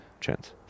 chance